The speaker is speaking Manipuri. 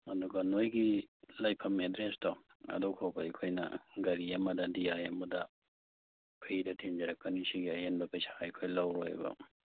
ꯑꯗꯨꯒ ꯅꯣꯏꯒꯤ ꯂꯩꯐꯝ ꯑꯦꯗ꯭ꯔꯦꯁꯇꯣ ꯑꯗꯨ ꯐꯥꯎꯕ ꯑꯩꯈꯣꯏꯅ ꯒꯥꯔꯤ ꯑꯃꯗ ꯗꯤ ꯑꯥꯏ ꯑꯃꯗ ꯐ꯭ꯔꯤꯗ ꯊꯤꯟꯖꯔꯛꯀꯅꯤ ꯁꯤꯒꯤ ꯑꯩꯍꯦꯟꯕ ꯄꯩꯁꯥ ꯑꯩꯈꯣꯏ ꯂꯧꯔꯣꯏꯕ